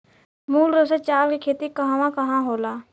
मूल रूप से चावल के खेती कहवा कहा होला?